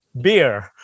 Beer